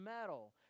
metal